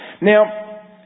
Now